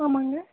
ஆமாங்க